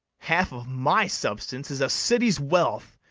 half of my substance is a city's wealth.